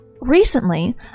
Recently